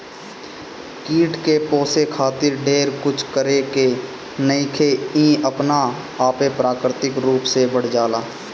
कीट के पोसे खातिर ढेर कुछ करे के नईखे इ अपना आपे प्राकृतिक रूप से बढ़ जाला